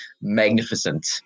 magnificent